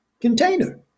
container